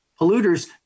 polluters